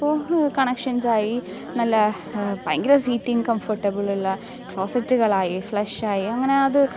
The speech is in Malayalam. ഇപ്പോൾ കണക്ഷൻസായി നല്ല ഭയങ്കര സീറ്റിങ്ങ് കംഫെട്ടബിൾ ഉള്ള ക്ലോസെറ്റുകളായി ഫ്ലെഷായി അങ്ങനെ അത്